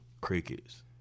Crickets